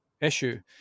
issue